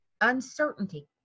Uncertainty